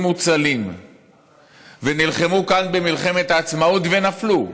מוצלים ונלחמו כאן במלחמת העצמאות ונפלו.